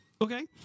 Okay